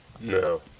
No